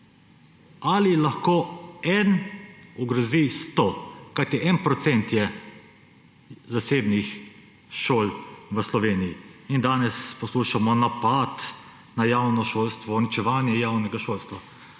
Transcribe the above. jih lahko eden ogrozi 100, kajti 1 % je zasebnih šol v Sloveniji. Danes poslušamo o napadu na javno šolstvo, uničevanju javnega šolstva.